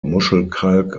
muschelkalk